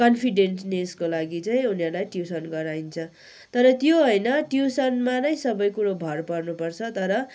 कन्फिडेन्टनेसको लागि चाहिँ उनीहरूलाई ट्युसन गराइन्छ तर त्यो होइन ट्युसनमा नै सबैकुरो भर पर्नुपर्छ तर